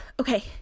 okay